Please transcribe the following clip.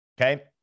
okay